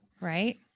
Right